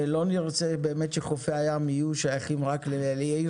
לא נרצה באמת שחופי הים יהיו שייכים רק לעיר